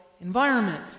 environment